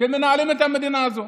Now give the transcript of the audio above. שמנהלים את המדינה הזו.